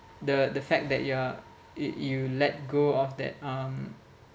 the the fact that you are you you let go of that um